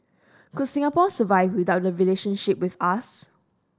could Singapore survive without the relationship with us